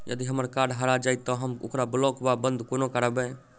यदि हम्मर कार्ड हरा जाइत तऽ हम ओकरा ब्लॉक वा बंद कोना करेबै?